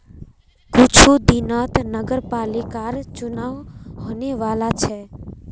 कुछू दिनत नगरपालिकर चुनाव होने वाला छ